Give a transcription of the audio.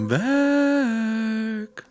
back